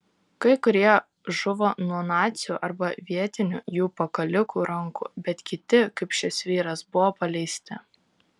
kai kurie žuvo nuo nacių arba vietinių jų pakalikų rankų bet kiti kaip šis vyras buvo paleisti